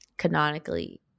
canonically